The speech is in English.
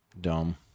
dome